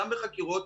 גם בחקירות,